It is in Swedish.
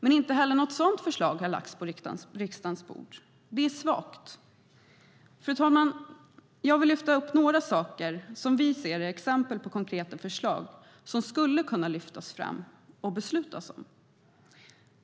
Men inte heller något sådant förslag har lagts på riksdagens bord. Det är svagt. Fru talman! Jag vill ta upp några saker som vi ser som exempel på konkreta förslag som skulle kunna lyftas fram och beslutas om.